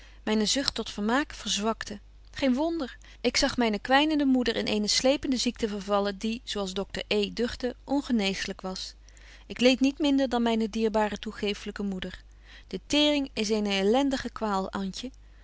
myne zucht tot vermaak verzwakte geen wonder ik zag myne kwynende moeder in eene sleepende ziekte vervallen die zo als docter e duchte ongeneeslyk was ik leed niet minder dan myne dierbare toegeeflyke moeder de teering is eene elendige kwaal